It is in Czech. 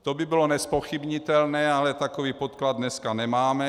To by bylo nezpochybnitelné, ale takový podklad dneska nemáme.